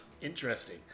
interesting